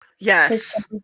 Yes